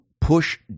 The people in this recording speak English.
push